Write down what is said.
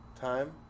time